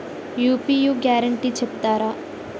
UPI guarantee చెప్తారా?